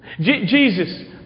Jesus